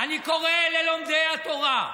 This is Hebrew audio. אני קורא ללומדי התורה,